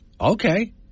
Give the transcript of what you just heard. Okay